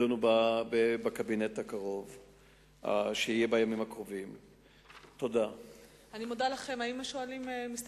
1. האם הוקמה ועדה בעניין?